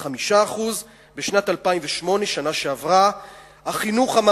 5%. בשנת 2008,